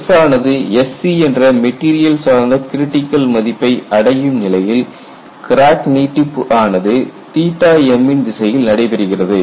S ஆனது SC என்ற material சார்ந்த கிரிட்டிகல் மதிப்பை அடையும் நிலையில் கிராக் நீட்டிப்பு ஆனது m ன் திசையில் நடைபெறுகிறது